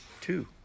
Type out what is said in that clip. two